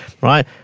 right